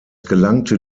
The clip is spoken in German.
gelangte